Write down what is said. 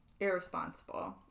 Irresponsible